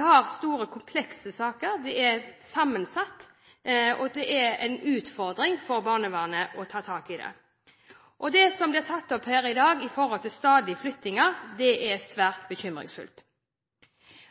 har store, komplekse og sammensatte saker. Det er en utfordring for barnevernet å ta tak i det. Det som blir tatt opp her i dag, om stadige flyttinger, er svært bekymringsfullt.